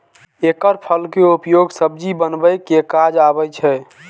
एकर फल के उपयोग सब्जी बनबै के काज आबै छै